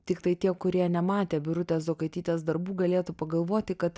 tiktai tie kurie nematė birutės zokaitytės darbų galėtų pagalvoti kad